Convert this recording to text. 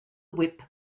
whip